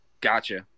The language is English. Gotcha